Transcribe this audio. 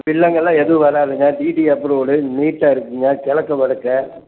வில்லங்கமெலாம் எதுவும் வராதுங்க DT approved நீட்டாக இருக்குதுங்க கெழக்க வடக்கு